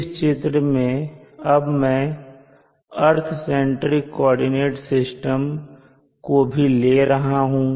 इस चित्र में अब मैं अर्थ सेंट्रिक कोऑर्डिनेट सिस्टम को भी ले रहा हूं